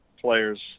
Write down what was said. players